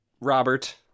Robert